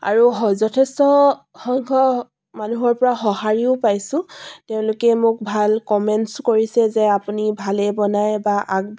আৰু যথেষ্ট সংখ্যক মানুহৰ পৰা সহাৰিও পাইছোঁ তেওঁলোকে মোক ভাল কমেণ্টছ্ কৰিছে যে আপুনি ভালেই বনায় বা আগ